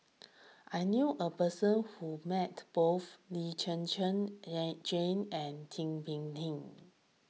I knew a person who met both Lee Chen Chen and Jane and Tin Pei Ling